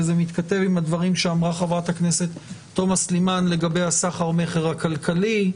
וזה מתכתב עם הדברים שאמרה חה"כ תומא סלימאן לגבי הסחר מכר הכלכלי,